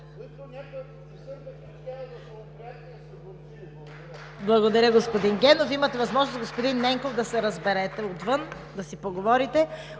Благодаря Ви, господин Генов. Имате възможност с господин Ненков да се разберете отвън и да си поговорите.